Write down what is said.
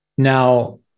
Now